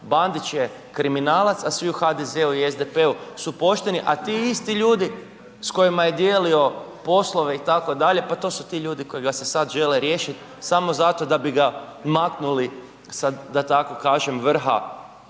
Bandića je kriminalaca svi u HDZ-u i SDP-u su pošteni a ti isti ljudi s kojima je dijelio poslove itd., pa to su ti ljudi kojega se sad žele riješit samo zato da bi ga maknuli sa da tako kažem vrha